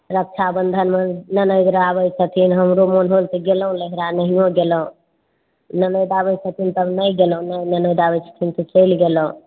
रक्षाबन्धनमे ननैद आर आबै छथिन हमरो मोन होल तऽ गेलहुॅं नहिरा नहियो गेलहुॅं ननैद आबै छथिन तब नहि गेलहुॅं नहि ननैद आबै छथिन तऽ चलि गेलहुॅं